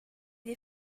des